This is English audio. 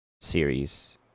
series